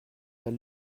elle